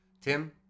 Tim